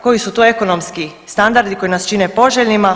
Koji su to ekonomski standardi koji nas čine poželjnima?